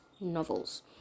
novels